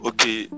Okay